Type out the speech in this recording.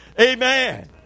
Amen